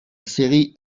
série